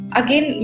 again